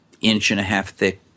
inch-and-a-half-thick